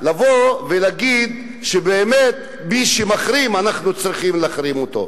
לבוא ולהגיד שבאמת מי שמחרים אנחנו צריכים להחרים אותו.